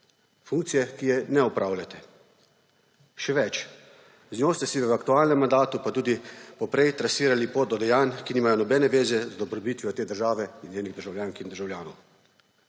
funkcije, ki je ne opravljate. Še več, z njo ste si v aktualnem mandatu, pa tudi poprej, trasirali pot do dejanj, ki nimajo nobene zveze z dobrobitjo te države in njenih državljank in državljanov.